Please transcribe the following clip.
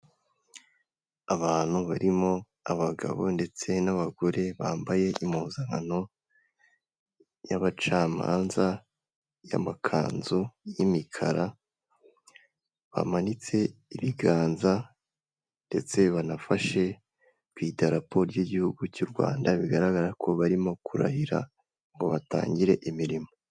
Abantu barimo abagabo ndetse n'abagore bambaye impuzankano y'abacamanza y'amakanzu y'imikara, bamanitse ibiganza ndetse banafashe ku idarapo ry'igihugu cy'Urwanda, bigaragara ko barimo kurahira ngo batangire imirimo.